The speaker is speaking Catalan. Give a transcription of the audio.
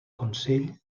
consell